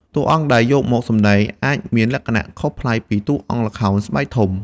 តួអង្គដែលយកមកសម្តែងអាចមានលក្ខណៈខុសប្លែកពីតួអង្គល្ខោនស្បែកធំ។